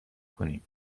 کنیم